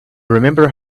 remember